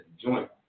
joint